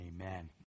Amen